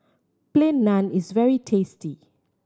Plain Naan is very tasty